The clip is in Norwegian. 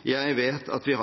Jeg vet at jeg